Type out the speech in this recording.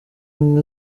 ubumwe